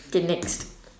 okay next